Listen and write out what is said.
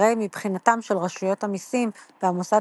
הרי מבחינתם של רשות המיסים והמוסד